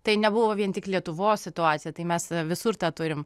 tai nebuvo vien tik lietuvos situacija tai mes visur tą turim